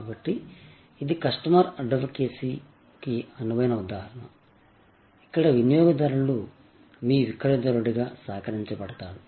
కాబట్టి ఇది కస్టమర్ అడ్వకేసీకి అనువైన ఉదాహరణ ఇక్కడ వినియోగదారులు మీ విక్రయదారుడిగా సహకరించబడతాడు